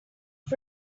off